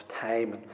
time